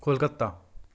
Kolkata